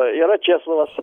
yra česlovas